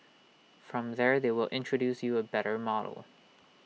from there they will introduce you A better model